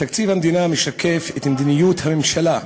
תקציב המדינה משקף את מדיניות הממשלה,